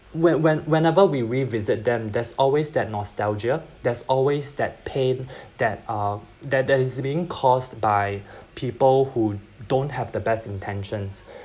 when when whenever we revisit them there's always that nostalgia there's always that pain that uh that that is being caused by people who don't have the best intentions